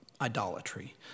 idolatry